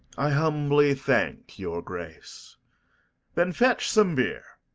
i humbly thank your grace then fetch some beer.